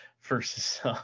versus